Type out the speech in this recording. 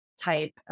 type